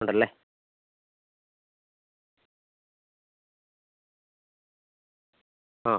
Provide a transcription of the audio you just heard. ഉണ്ടല്ലേ ആ